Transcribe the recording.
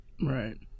Right